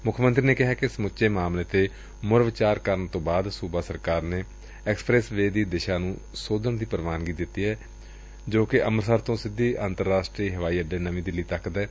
ਮੁੱਖ ਮੰਤਰੀ ਨੇ ਕਿਹੈ ਕਿ ਸਮੁੱਚੇ ਮਾਮਲੇ ਤੇ ਮੁੜ ਵਿਚਾਰ ਕਰਨ ਤੋਂ ਬਾਅਦ ਸੁਬਾ ਸਰਕਾਰ ਨੇ ਹਾਈਵੇ ਦੀ ਦਿਸ਼ਾ ਨੂੰ ਸੋਧਣ ਦੀ ਪ੍ਰਵਾਨਗੀ ਦੇ ਦਿੱਤੀ ਏ ਜੋ ਕਿ ਅੰਮ੍ਰਿਤਸਰ ਤੋਂ ਸਿੱਧੀ ਅੰਤਰਰਾਸ਼ਟਰੀ ਹਵਾਈ ਅੱਡੇ ਨਵੀ ਦਿੱਲੀ ਤੱਕ ਏ